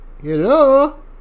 Hello